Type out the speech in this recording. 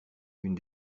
une